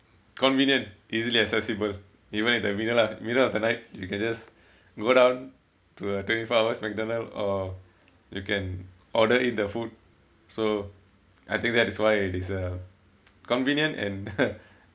convenient easily accessible even in the middle middle of the night you can just go down to a twenty four hours McDonald's or you can order in the food so I think that is why it is uh convenient and